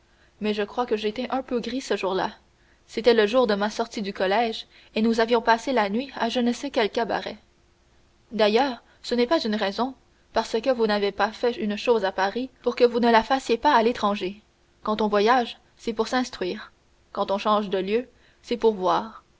mais je crois que j'étais un peu gris ce jour-là c'était le jour de ma sortie du collège et nous avions passé la nuit je ne sais à quel cabaret d'ailleurs ce n'est pas une raison parce que vous n'avez pas fait une chose à paris pour que vous ne la fassiez pas à l'étranger quand on voyage c'est pour s'instruire quand on change de lieu c'est pour voir